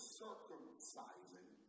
circumcising